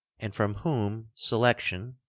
and from whom selection,